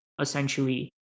essentially